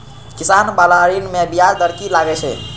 किसान बाला ऋण में ब्याज दर कि लागै छै?